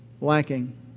lacking